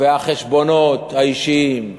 והחשבונות האישיים,